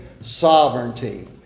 sovereignty